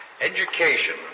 education